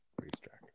racetrack